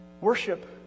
Worship